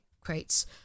crates